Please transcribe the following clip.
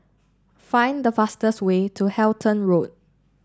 find the fastest way to Halton Road